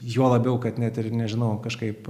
juo labiau kad net ir nežinau kažkaip